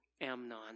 Amnon